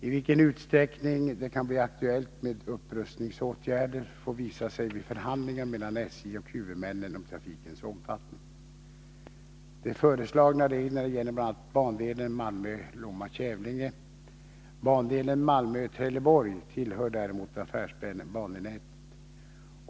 I vilken utsträckning det kan bli aktuellt Fredagen den med upprustningsåtgärder får visa sig vid förhandlingar mellan SJ och 29 april 1983 huvudmännen om trafikens omfattning. De föreslagna reglerna gäller bl.a. bandelen Malmö-Lomma-Kävlinge. Bandelen Malmö-Trelleborg tillhör Om upprustning däremot affärsbanenätet.